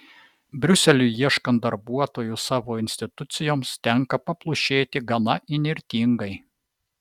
briuseliui ieškant darbuotojų savo institucijoms tenka paplušėti gana įnirtingai